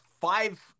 five